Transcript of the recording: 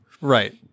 Right